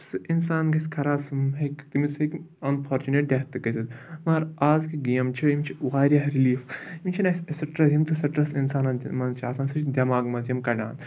سُہ اِنسان گژھِ خراب سُہ ہیٚکہِ تٔمِس ہیٚکہِ اَنفارچُنیٹ ڈٮ۪تھ تہِ گٔژھِتھ مگر اَزکہِ گیم چھِ یِم چھِ واریاہ رِلیٖف یِم چھِنہٕ اَسہِ سٕٹرٛٮ۪س یِم تہِ سٕٹرٛٮ۪س اِنسانَن تہِ منٛز چھِ آسان سُہ چھِ دٮ۪ماغہٕ منٛز یِم کَڑان